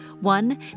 One